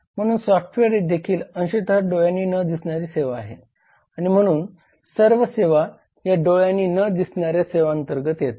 म्हणून सॉफ्टवेअर देखील अंशतः डोळ्यांनी न दिसणारी सेवा आहे आणि म्हणून सर्व सेवा या डोळ्यांनी न दिसणाऱ्या सेवांतर्गत येतात